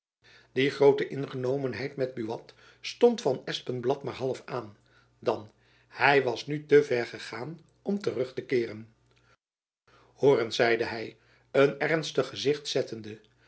die groote ingenomenheid met buat stond van espenblad maar half aan dan hy was nu te ver gegaan om terug te keeren hoor eens zeide hy een ernstig gezicht zettende